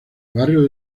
barrio